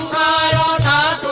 da da